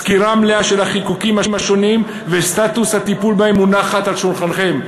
סקירה מלאה של החיקוקים השונים וסטטוס הטיפול בהם מונחת על שולחנכם.